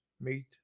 meet